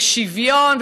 ושוויון.